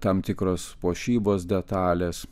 tam tikros puošybos detalės